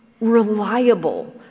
reliable